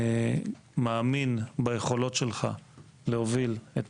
אני מאמין ביכולות שלך להוביל קדימה את